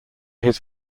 his